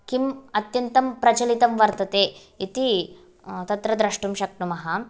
किम् अत्यन्तं प्रचलितं वर्तते इति तत्र द्रष्टुं शक्नुमः